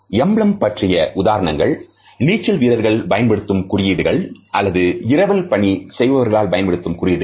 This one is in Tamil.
எம்பளம் பற்றிய உதாரணங்கள் நீச்சல் வீரர்கள் பயன்படுத்தும்குறியீடுகள் அல்லது இரவல் பனி செய்கிறவர்கள் பயன்படுத்தும் குறியீடுகள்